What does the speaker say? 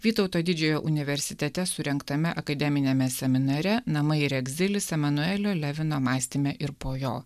vytauto didžiojo universitete surengtame akademiniame seminare namai ir egzilis emanuelio levino mąstyme ir po jo